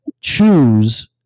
choose